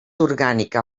orgànica